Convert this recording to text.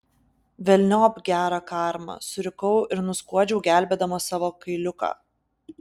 velniop gerą karmą surikau ir nuskuodžiau gelbėdama savo kailiuką